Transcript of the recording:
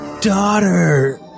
daughter